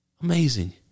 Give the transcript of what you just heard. Amazing